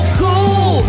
cool